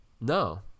No